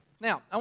now